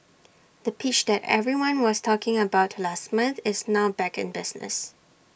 the pitch that everyone was talking about last month is now back in business